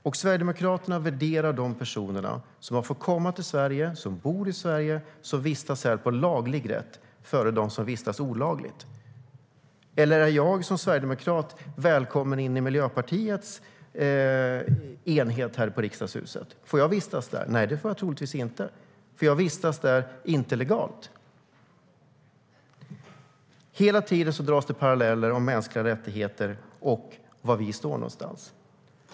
Och Sverigedemokraterna värderar de personer som har fått komma till Sverige, som bor i Sverige och som vistas här på laglig rätt, före dem som vistas här olagligt. Det dras hela tiden paralleller mellan mänskliga rättigheter och var vi står.